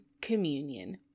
communion